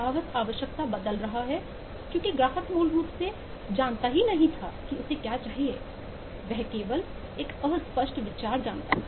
ग्राहक आवश्यकता बदल रहा है क्योंकि ग्राहक मूल रूप से नहीं जानता था कि उसे क्या चाहिए वह केवल एक अस्पष्ट विचार जानता था